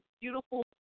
beautiful